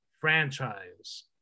franchise